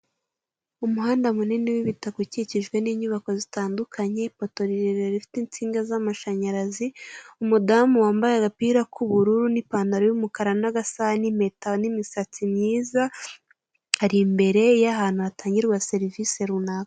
Umuhanda munini w'ibitaka ukikijwe n'inyubako bitandukanye, ipoto rirerire rifite insinga y'amashanyarazi, umudamu wambaye agapira k'ubururu n'ipantaro y'umukara n'agasaha n'impeta n'imisatsi myiza ari imbere y'ahantu hatangirwa serivise runaka.